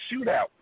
shootout